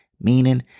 meaning